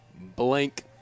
blank